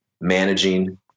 managing